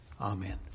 Amen